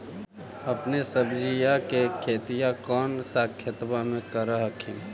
अपने सब्जिया के खेतिया कौन सा खेतबा मे कर हखिन?